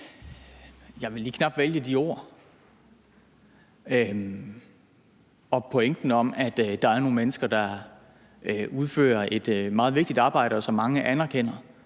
Jeg ville nok ikke lige vælge de ord om pointen med, at der er nogle mennesker, der udfører et meget vigtigt arbejde, hvilket mange anerkender,